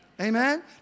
Amen